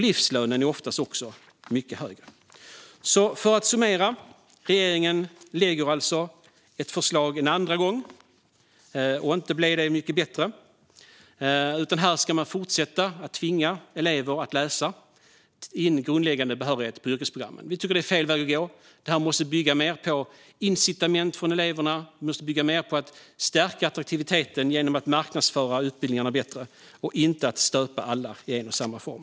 Livslönen är oftast också mycket högre. För att summera lägger regeringen alltså fram förslaget en andra gång. Det är inte mycket bättre, utan man vill fortsätta att tvinga elever att läsa in grundläggande behörighet på yrkesprogrammen. Vi tycker att detta är fel väg att gå. Det måste bygga mer på incitament för eleverna och på att stärka attraktiviteten genom att marknadsföra utbildningarna bättre, inte på att alla ska stöpas i samma form.